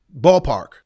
ballpark